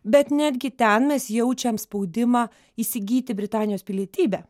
bet netgi ten mes jaučiam spaudimą įsigyti britanijos pilietybę